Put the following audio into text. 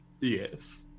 yes